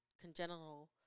congenital